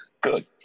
Good